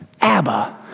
Abba